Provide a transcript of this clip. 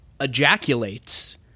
ejaculates